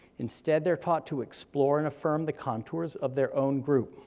instead they're taught to explore and affirm the contours of their own group.